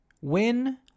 win